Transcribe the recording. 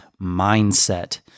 mindset